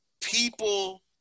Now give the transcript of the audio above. people